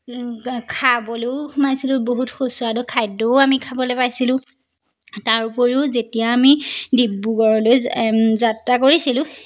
খাবলৈও সোমাইছিলোঁ বহুত সুস্বাদু খাদ্যও আমি খাবলৈ পাইছিলোঁ তাৰ উপৰিও যেতিয়া আমি ডিব্ৰুগড়লৈ যাত্ৰা কৰিছিলোঁ